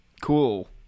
cool